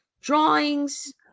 drawings